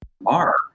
mark